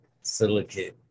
silicate